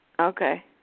Okay